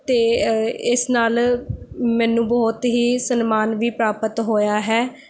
ਅਤੇ ਇਸ ਨਾਲ ਮੈਨੂੰ ਬਹੁਤ ਹੀ ਸਨਮਾਨ ਵੀ ਪ੍ਰਾਪਤ ਹੋਇਆ ਹੈ